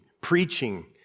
preaching